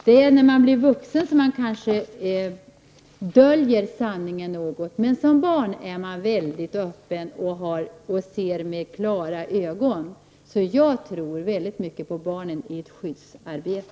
Det är när man blir vuxen som man kanske döljer sanningen, men som barn är man mycket öppen och ser med klara ögon. Jag tror därför mycket på barnen i ett skyddsarbete.